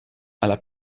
alla